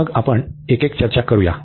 तर मग आपण एक एक चर्चा करूया